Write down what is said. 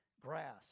grass